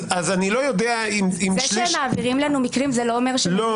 זה שמעבירים לנו מקרים זה לא אומר שמחליטים